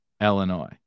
Illinois